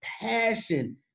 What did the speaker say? passion